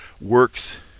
works